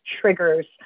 triggers